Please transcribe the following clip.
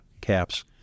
caps